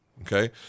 okay